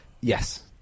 Yes